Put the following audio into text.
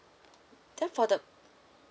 then for the